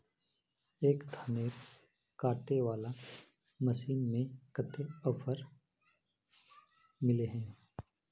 एक धानेर कांटे वाला मशीन में कते ऑफर मिले है?